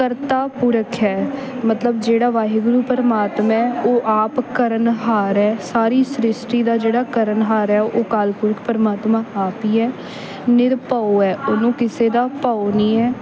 ਕਰਤਾ ਪੁਰਖੁ ਹੈ ਮਤਲਬ ਜਿਹੜਾ ਵਾਹਿਗੁਰੂ ਪਰਮਾਤਮਾ ਉਹ ਆਪ ਕਰਨਹਾਰ ਹੈ ਸਾਰੀ ਸ੍ਰਿਸ਼ਟੀ ਦਾ ਜਿਹੜਾ ਕਰਨਹਾਰ ਹੈ ਉਹ ਅਕਾਲ ਪੁਰਖ ਪਰਮਾਤਮਾ ਆਪ ਹੀ ਹੈ ਨਿਰਭਉ ਹੈ ਉਹਨੂੰ ਕਿਸੇ ਦਾ ਭਉ ਨਹੀਂ ਹੈ